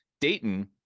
Dayton